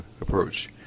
approach